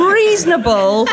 reasonable